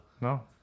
No